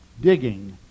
digging